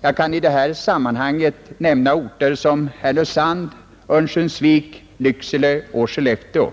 Jag kan i detta sammanhang nämna orter som Härnösand, Örnsköldsvik, Lycksele och Skellefteå.